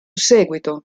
seguito